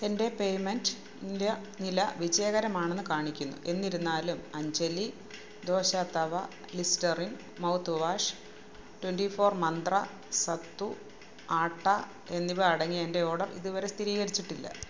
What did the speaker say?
എന്റെ പേയ്മെൻറ് ഇല നില വിജയകരമാണെന്ന് കാണിക്കുന്നു എന്നിരുന്നാലും Anjali dosa tawa Listerine mouthwash twenty four Mantra sattu atta എന്നിവ അടങ്ങിയ എന്റെ ഓർഡർ ഇതുവരെ സ്ഥിരീകരിച്ചിട്ടില്ല